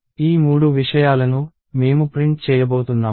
ఈ మూడు విషయాలను మేము ప్రింట్ చేయబోతున్నాము